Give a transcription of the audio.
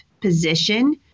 position